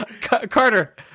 Carter